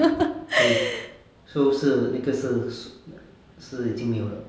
对 so 是那个是 shu~ 是已经没有了